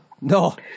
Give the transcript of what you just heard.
no